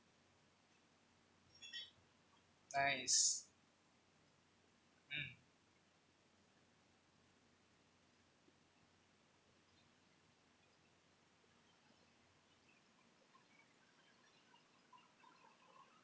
nice mm